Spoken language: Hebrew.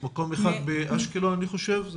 חסר במקום אחד, באשקלון, אני חושב.